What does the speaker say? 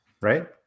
right